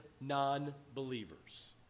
non-believers